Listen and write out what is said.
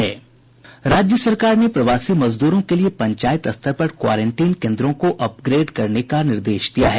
राज्य सरकार ने प्रवासी मजदूरों के लिए पंचायत स्तर पर क्वारेंटीन केन्द्रों को अपग्रेड करने का निर्देश दिया है